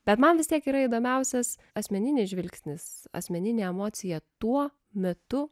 bet man vis tiek yra įdomiausias asmeninis žvilgsnis asmenine emocija tuo metu